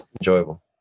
enjoyable